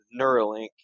Neuralink